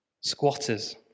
Squatters